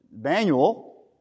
manual